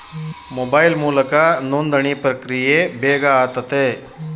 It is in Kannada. ಮೊಬೈಲ್ ಮೂಲಕ ನೋಂದಣಿ ಪ್ರಕ್ರಿಯೆ ಬೇಗ ಆತತೆ